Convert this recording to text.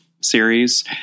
series